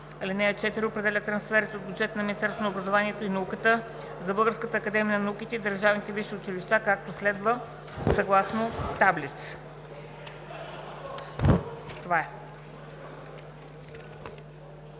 (4) Определя трансферите от бюджета на Министерство на образованието и науката за Българската академия на науките и държавните висши училища, както следва: (съгласно таблица.).“